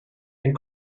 and